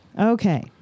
Okay